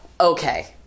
okay